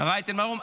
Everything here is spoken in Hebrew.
רייטן מרום.